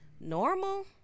normal